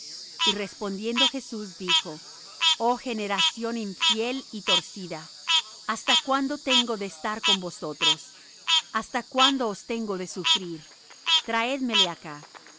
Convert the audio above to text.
y respondiendo jesús dijo oh generación infiel y torcida hasta cuándo tengo de estar con vosotros hasta cuándo os tengo de sufrir traédmele acá